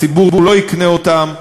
הציבור לא יקנה אותן.